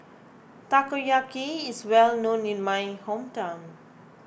Takoyaki is well known in my hometown